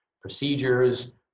procedures